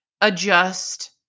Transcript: adjust